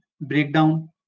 breakdown